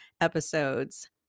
episodes